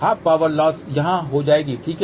½ power loss यहां हो जाएगी ठीक है